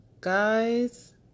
guys